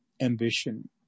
ambition